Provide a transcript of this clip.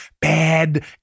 bad